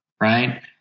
right